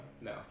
No